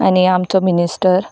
आनी आमचो मिनिस्टर